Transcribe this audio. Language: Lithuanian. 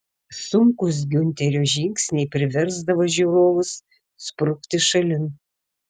sunkūs giunterio žingsniai priversdavo žiūrovus sprukti šalin